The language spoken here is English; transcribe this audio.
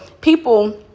people